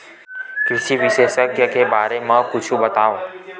कृषि विशेषज्ञ के बारे मा कुछु बतावव?